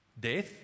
Death